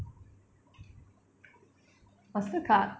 Mastercard